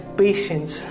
patience